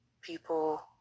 people